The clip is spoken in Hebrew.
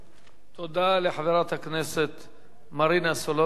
תודה לחברת הכנסת מרינה סולודקין.